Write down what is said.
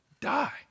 die